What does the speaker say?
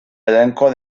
elenco